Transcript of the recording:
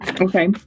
Okay